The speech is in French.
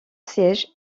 siège